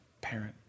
parent